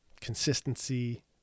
consistency